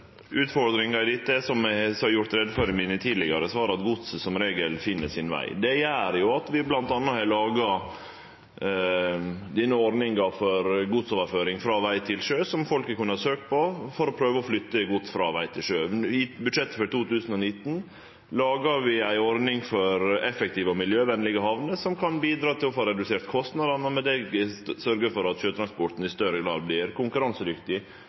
i dette, som eg har gjort greie for i mine tidlegare svar, er at godset som regel finn sin veg. Det gjer at vi bl.a. har laga denne ordninga for godsoverføring frå veg til sjø som folk har kunna søkje på for å prøve å flytte gods frå veg til sjø. I budsjettet for 2019 laga vi ei ordning for effektive og miljøvenlege hamner som kan bidra til å få redusert kostnadene og med det sørgje for at sjøtransporten i større grad vert konkurransedyktig,